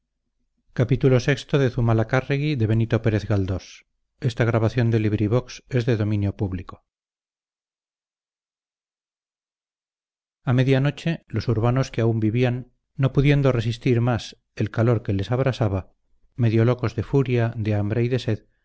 no te rindes maño mío a media noche los urbanos que aún vivían no pudiendo resistir más el calor que les abrasaba medio locos de furia de hambre y de sed